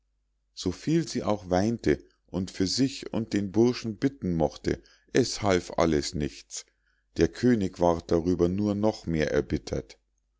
viel sie auch weinte und für sich und den burschen bitten mochte es half alles nichts der könig ward darüber nur noch mehr erbittert